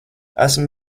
esmu